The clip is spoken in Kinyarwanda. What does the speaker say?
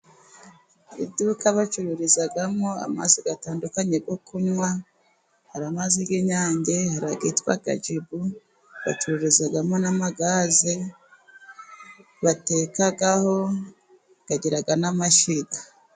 Iduka bacururizamo amazi atandukanye yo kunywa, hari amazi y'inyange ,hari ayitwa jibu, bacururizamo n'amagaze batekaho bakagira n'amashyiga.